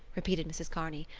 repeated mrs. kearney.